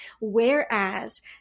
Whereas